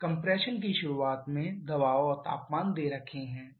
compression की शुरुआत में दबाव और तापमान दे रखें है